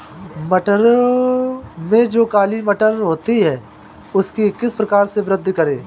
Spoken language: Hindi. मटरों में जो काली मटर होती है उसकी किस प्रकार से वृद्धि करें?